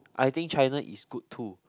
I think China is good too